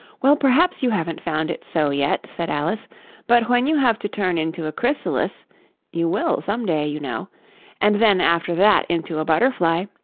well, perhaps you haven't found it so yet said alice but when you have to turn into a chrysalis you will some day, you know and then after that into a butterfly,